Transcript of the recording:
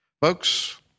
Folks